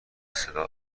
صدا